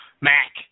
Mac